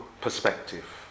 perspective